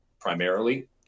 primarily